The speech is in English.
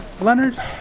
Leonard